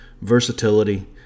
Versatility